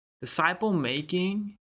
Disciple-making